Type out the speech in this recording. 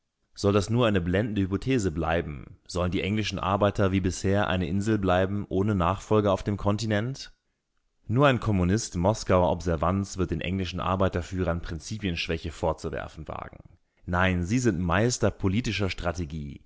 soll das nur eine blendende hypothese bleiben sollen die englischen arbeiter wie bisher eine insel bleiben ohne nachfolge auf dem kontinent nur ein kommunist moskauer observanz wird den englischen arbeiterführern prinzipienschwäche vorzuwerfen wagen nein sie sind meister politischer strategie